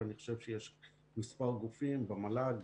ואני חושב שיש גופים במל"ג,